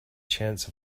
chance